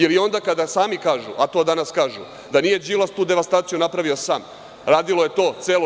Ili onda kada sami kažu, a to danas kažu, da nije Đilas tu devastaciju napravio sam, radilo je to celo „žuto preduzeće“